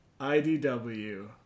IDW